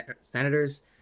Senators